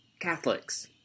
Catholics